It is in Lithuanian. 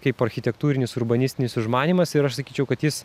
kaip architektūrinis urbanistinis užmanymas ir aš sakyčiau kad jis